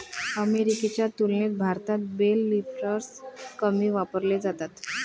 अमेरिकेच्या तुलनेत भारतात बेल लिफ्टर्स कमी वापरले जातात